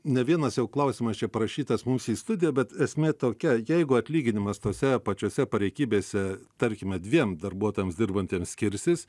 ne vienas jau klausimas čia parašytas mums į studiją bet esmė tokia jeigu atlyginimas tose pačiose pareigybėse tarkime dviem darbuotojams dirbantiems skirsis